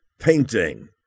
painting